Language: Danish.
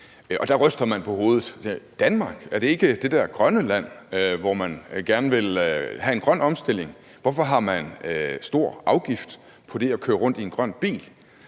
og der ryster man på hovedet og siger: Danmark – er det ikke det der grønne land, hvor man gerne vil have en grøn omstilling? Hvorfor har man høje afgifter på det at køre rundt i en grøn bil?